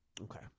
Okay